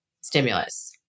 stimulus